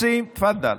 רוצים, תפדל.